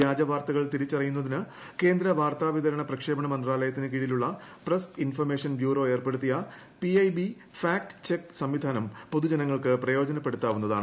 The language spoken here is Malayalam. വ്യാജ വാർത്തകൾ തിരിച്ചറിയുന്നതിന് കേന്ദ്ര വാർത്താവിതരണ പ്രക്ഷേപണ മന്ത്രാലയത്തിനു കീഴിലുള്ള പ്രസ് ഇൻഫർമേഷൻ ബ്യൂറോ ഏർപ്പെടുത്തിയ ജകആ ളമരരേവലരസ സംവിധാനം പൊതുജനങ്ങൾക്ക് പ്രയോജനപ്പെടുത്താവുന്നതാണ്